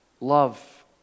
Love